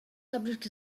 subject